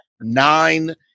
nine